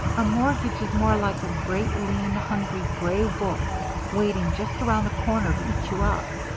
a mortgage is more like a great, lean, hungry, gray wolf waiting just around the corner to eat you up.